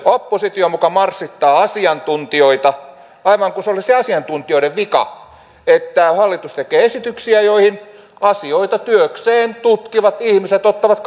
oppositio muka marssittaa asiantuntijoita aivan kuin se olisi asiantuntijoiden vika että hallitus tekee esityksiä joihin asioita työkseen tutkivat ihmiset ottavat kantaa